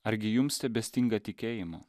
argi jums tebestinga tikėjimo